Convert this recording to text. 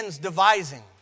devising